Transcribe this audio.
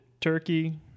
turkey